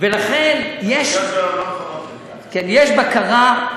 ולכן יש בקרה,